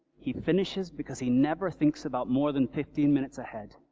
he finishes because he never thinks about more than fifteen minutes ahead.